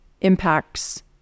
impacts